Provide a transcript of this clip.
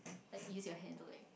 like use your hand to like